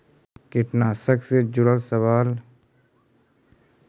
कीटनाशक से जुड़ल सवाल?